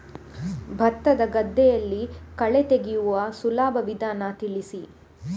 ಭತ್ತದ ಗದ್ದೆಗಳಲ್ಲಿ ಕಳೆ ತೆಗೆಯುವ ಸುಲಭ ವಿಧಾನ ತಿಳಿಸಿ?